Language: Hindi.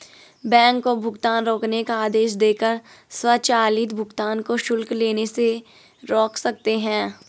बैंक को भुगतान रोकने का आदेश देकर स्वचालित भुगतान को शुल्क लेने से रोक सकते हैं